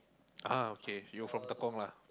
uh okay you from Tekong lah